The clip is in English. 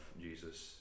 Jesus